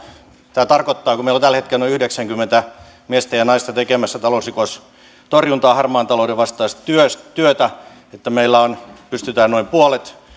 tämä tarkoittaa että kun meillä on tällä hetkellä on noin yhdeksänkymmentä miestä ja naista tekemässä talousrikostorjuntaa harmaan talouden vastaista työtä niin meillä pystytään noin puolet